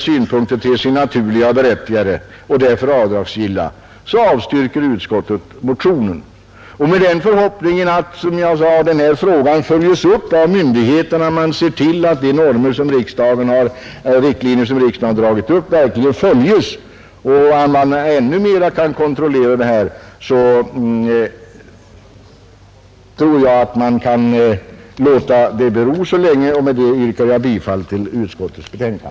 synpunkter ter sig naturliga och berättigade och därför avdragsgilla, avstyrker utskottet motionen med den förhoppningen att, som jag sade, denna fråga följs upp av myndigheterna. Om man ser till att de riktlinjer som riksdagen dragit upp verkligen följs så att man ännu bättre kan kontrollera detta, tror jag att man kan låta det bero tills vidare. Med dessa ord yrkar jag bifall till utskottets hemställan.